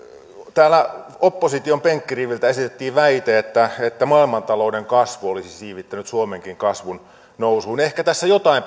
täällä opposition penkkiriviltä esitettiin väite että että maailmantalouden kasvu olisi siivittänyt suomenkin kasvun nousuun ehkä tässä jotain